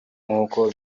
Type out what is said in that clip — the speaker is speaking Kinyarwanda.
nk’uko